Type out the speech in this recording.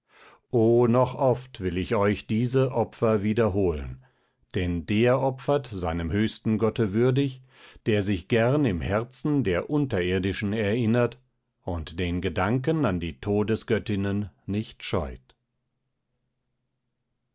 noch oft will ich euch diese opfer wiederholen denn der opfert seinem höchsten gotte würdig der sich gern im herzen der unterirdischen erinnert und den gedanken an die todesgöttinnen nicht scheut